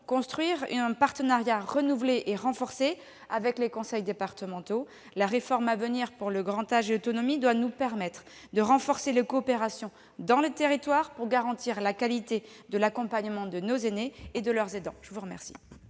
construire un partenariat renouvelé et renforcé avec les conseils départementaux. La réforme à venir pour le grand âge et l'autonomie doit nous permettre de renforcer les coopérations dans les territoires, pour garantir la qualité de l'accompagnement de nos aînés et de leurs aidants. La parole